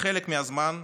בחלק מהזמן,